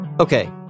Okay